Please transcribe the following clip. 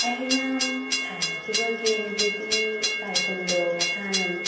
ꯑꯩꯅ ꯁꯥꯟꯅꯈꯤꯕ ꯒꯦꯝꯗꯨꯗꯤ ꯇꯥꯏꯀꯨꯟꯗꯣ ꯃꯁꯥꯟꯅꯅꯤ